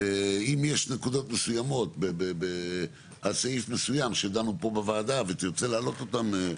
אם יש נקודות מסוימות על סעיף מסוים שדנו פה בוועדה ותרצה להעלות אותם,